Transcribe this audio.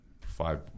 five